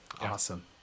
Awesome